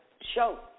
show